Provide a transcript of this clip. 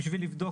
בשביל לבדוק,